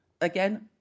again